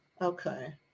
Okay